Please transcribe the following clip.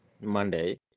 Monday